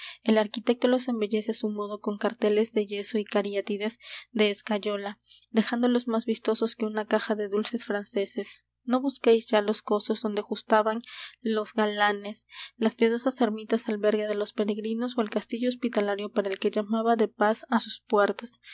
el arquitecto los embellece á su modo con carteles de yeso y cariátides de escayola dejándolos más vistosos que una caja de dulces franceses no busquéis ya los cosos donde justaban los galanes las piadosas ermitas albergue de los peregrinos ó el castillo hospitalario para el que llamaba de paz á sus puertas